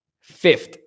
fifth